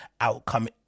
outcome